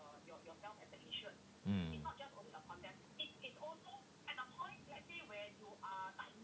mm